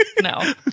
No